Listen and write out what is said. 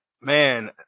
Man